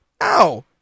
Ow